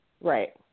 Right